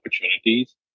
opportunities